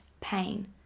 pain